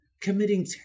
committing